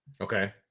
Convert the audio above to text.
okay